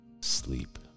Sleep